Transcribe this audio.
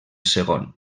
segon